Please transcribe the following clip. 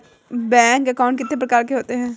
Bank account कितने प्रकार के होते हैं?